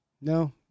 No